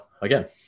again